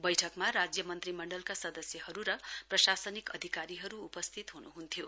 बैठकमा राज्य मन्त्री मण्डलका सदस्यहरू र प्रशासनिक अधिकारीहरू उपस्थित हुनुहुन्थ्यो